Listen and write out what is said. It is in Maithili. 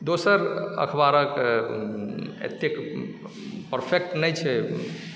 दोसर अखबारके एतेक परफेक्ट नहि छै